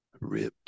ripped